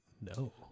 No